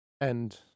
And-